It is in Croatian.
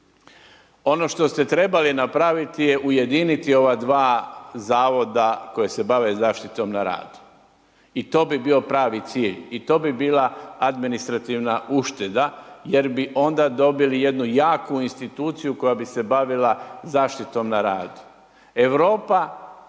Ono što ste trebali napraviti je ujediniti ova dva zavoda koja se bave zaštitom na radu. I to bi bio pravi cilj. I to bi bila administrativna ušteda jer bi onda dobili jednu jaku instituciju koja bi se bavila zaštitom na radu. Europa